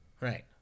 Right